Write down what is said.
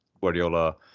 Guardiola